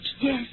Yes